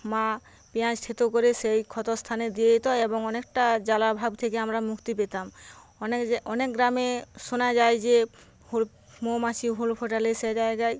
মা পেঁয়াজ থেঁতো করে সেই ক্ষতস্থানে দিয়ে দিত এবং অনেকটা জ্বালাভাব থেকে আমরা মুক্তি পেতাম অনেক অনেক গ্রামে শোনা যায় যে মৌমাছি হুল ফোটালে সেই জায়গায়